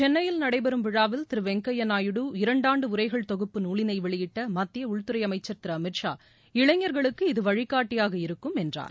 சென்னையில் நடைபெறும் விழாவில் திரு வெங்கையா நாயுடு இரண்டாண்டு உரைகள் தொகுப்பு நூலினை வெளியிட்ட மத்திய உள்துறை அமைச்சர் திரு அமித் ஷா இளைஞர்களுக்கு இது வழிகாட்டியாக இருக்கும் என்றார்